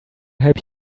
help